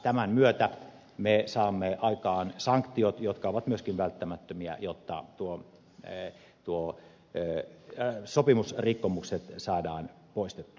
tämän myötä me saamme myöskin aikaan sanktiot jotka ovat myöskin välttämättömiä jotta sopimusrikkomukset saadaan poistettua